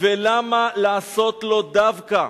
ולמה לעשות לו דווקא?